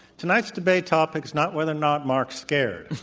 tonight's debate topic's not whether or not marc's scared,